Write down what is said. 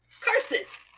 curses